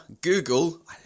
Google